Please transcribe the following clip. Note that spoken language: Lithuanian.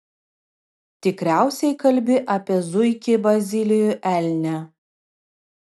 tikriausiai kalbi apie zuikį bazilijų elnią